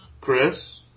Chris